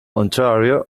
ontario